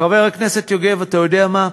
חבר הכנסת יוגב, אתה יודע מה?